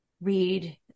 read